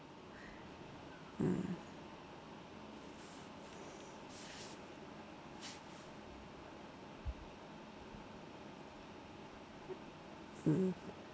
mm mm